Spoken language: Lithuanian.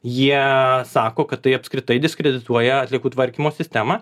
jie sako kad tai apskritai diskredituoja atliekų tvarkymo sistemą